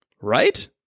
Right